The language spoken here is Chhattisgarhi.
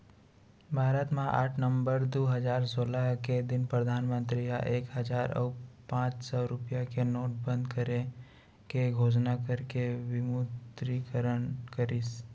भारत म आठ नवंबर दू हजार सोलह के दिन परधानमंतरी ह एक हजार अउ पांच सौ रुपया के नोट बंद करे के घोसना करके विमुद्रीकरन करिस